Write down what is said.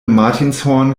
martinshorn